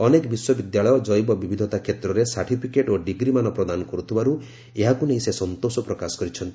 ଅନେକ ବିଶ୍ୱବିଦ୍ୟାଳୟ ଜୈବ ବିବିଧତା କ୍ଷେତ୍ରରେ ସାର୍ଟିଫିକେଟ୍ ଓ ଡିଗ୍ରୀମାନ ପ୍ରଦାନ କରୁଥିବାରୁ ଏହାକୁ ନେଇ ସେ ସନ୍ତୋଷ ପ୍ରକାଶ କରିଛନ୍ତି